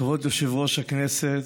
כבוד יושב-ראש הישיבה,